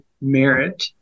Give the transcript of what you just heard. merit